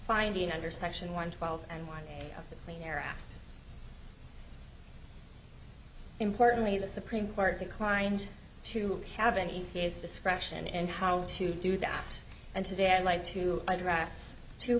finding under section one twelve and one of the clean air act importantly the supreme court declined to have any discretion and how to do that and today i'd like to address two